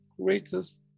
greatest